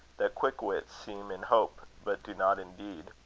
that quick wits seem in hope but do not in deed,